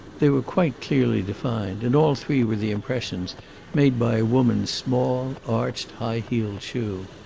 they were quite clearly defined, and all three were the impressions made by a woman's small, arched, high-heeled shoe.